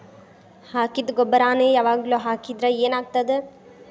ಹಾಕಿದ್ದ ಗೊಬ್ಬರಾನೆ ಯಾವಾಗ್ಲೂ ಹಾಕಿದ್ರ ಏನ್ ಆಗ್ತದ?